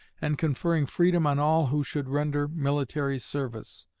and conferring freedom on all who should render military service,